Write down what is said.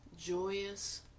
joyous